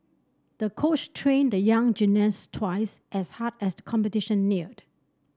the coach trained the young gymnast twice as hard as competition neared